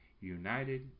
United